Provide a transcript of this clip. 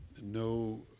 no